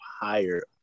higher